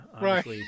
right